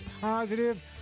positive